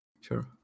Sure